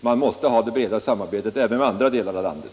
Man måste ha ett brett samarbete även med andra delar av landet.